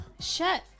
shut